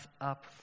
up